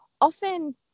often